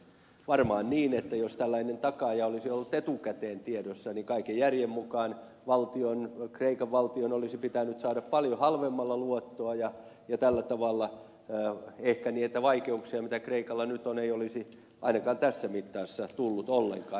varmaan on niin että jos tällainen takaaja olisi ollut etukäteen tiedossa niin kaiken järjen mukaan kreikan valtion olisi pitänyt saada paljon halvemmalla luottoa ja tällä tavalla ehkä niitä vaikeuksia mitä kreikalla nyt on ei olisi ainakaan tässä mitassa tullut ollenkaan